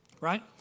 right